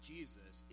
Jesus